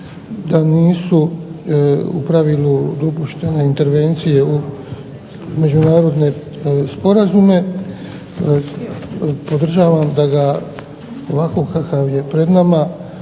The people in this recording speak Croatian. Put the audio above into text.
da nisu u pravilu dopuštene intervencije u međunarodne sporazume. Podržavam da ga ovakvog kakav je pred nama